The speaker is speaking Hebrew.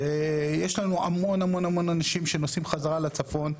ויש לנו המון אנשים שנוסעים חזרה לצפון,